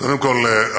קודם כול,